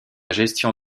gestion